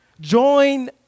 join